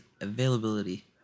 availability